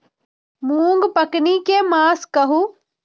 मूँग पकनी के मास कहू?